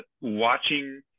watching